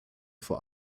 vor